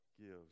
gives